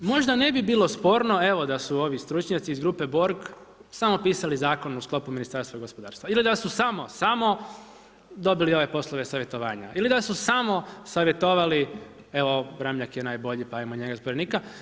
Možda ne bi bilo sporno da su ovi stručnjaci iz grupe Borg samo pisali zakon u sklopu Ministarstva gospodarstva ili da su samo, samo dobili ove poslove savjetovanja ili da su samo savjetovali evo Ramljak je najbolji pa jamo njega za povjerenika.